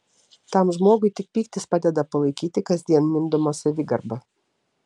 tam žmogui tik pyktis padeda palaikyti kasdien mindomą savigarbą